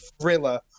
thriller